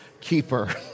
keeper